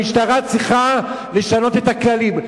המשטרה צריכה לשנות את הכללים.